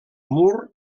mur